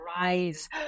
rise